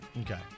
Okay